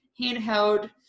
handheld